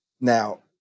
Now